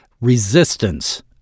resistance